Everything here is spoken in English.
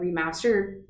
remastered